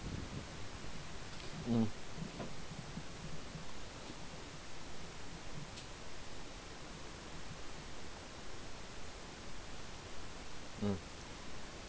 mmhmm mm